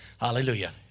Hallelujah